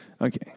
Okay